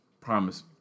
Promise